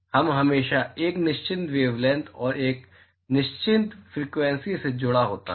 यह हमेशा एक निश्चित वेवलैंथ और निश्चित फ्रिक्वेंसी से जुड़ा होता है